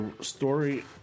story